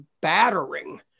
battering